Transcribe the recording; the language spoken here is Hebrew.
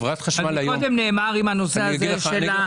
קודם דובר על נושא החקיקה.